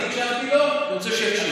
אני הקשבתי לו, אני רוצה שיקשיב.